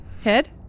Head